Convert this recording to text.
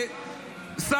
באמת מה הקשר שלכם לחנה סנש?